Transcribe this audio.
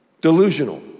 Delusional